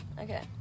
Okay